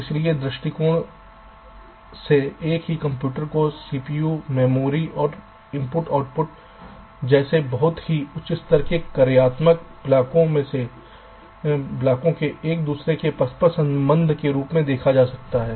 इसलिए दृष्टिकोण से एक ही कंप्यूटर को सीपीयू मेमोरी और I O जैसे बहुत ही उच्च स्तर के कार्यात्मक ब्लॉकों के एक दूसरे के परस्पर संबंध के रूप में देखा जा सकता है